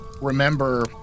remember